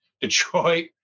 Detroit